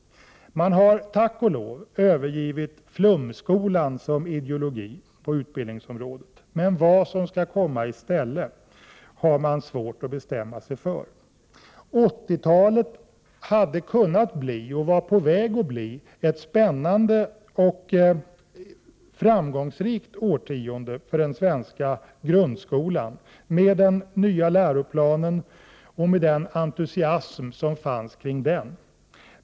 De har — tack och lov — övergivit flumskolan som ideologi på utbildningsområdet, men vad som skall komma i stället har de svårt att bestämma sig för. 80-talet hade kunnat bli, och var på väg att bli, ett spännande och framgångsrikt årtionde för den svenska grundskolan, med den nya läroplanen och med den entusiasm som fanns kring den.